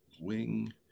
wing